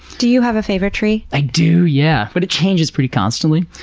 do you have a favorite tree? i do, yeah, but it changes pretty constantly.